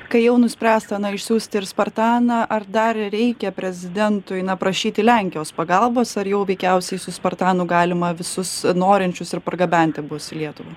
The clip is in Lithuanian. kai jau nuspręsta na išsiųsti ir spartaną ar dar reikia prezidentui na prašyti lenkijos pagalbos ar jau veikiausiai su spartanu galima visus norinčius ir pargabenti bus į lietuvą